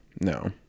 no